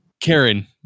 karen